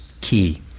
key